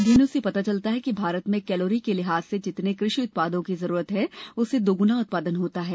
अध्ययनों से पता चलता है कि भारत में कैलोरी के लिहाज से जितने कृषि उत्पादों की जरूरत है उससे दोगुना उत्पादन होता है